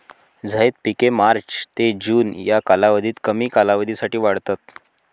झैद पिके मार्च ते जून या कालावधीत कमी कालावधीसाठी वाढतात